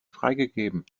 freigegeben